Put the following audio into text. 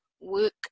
work